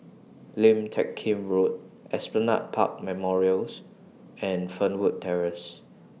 Lim Teck Kim Road Esplanade Park Memorials and Fernwood Terrace